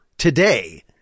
Today